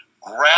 grab